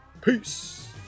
Peace